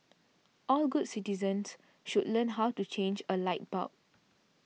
all good citizens should learn how to change a light bulb